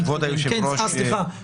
כבוד היושב-ראש --- סליחה,